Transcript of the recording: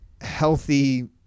healthy